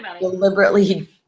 deliberately